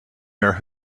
their